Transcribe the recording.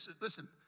Listen